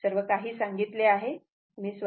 सर्व काही सांगितले आहे